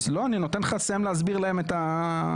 נותן לך לסיים להסביר להם את הערב.